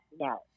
No